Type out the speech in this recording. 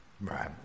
Right